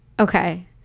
Okay